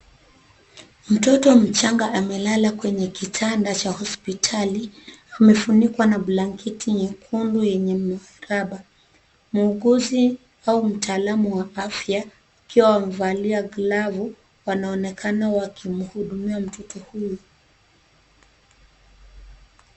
Mtoto mchanga amelala kwenye kitanda cha hospitali, amefunikwa na blanketi nyekundu yenye miraba. Muuguzi au mtaalamu wa afya akiwa amevaa glavu wanaonekana wakimhudumia mtoto huyu.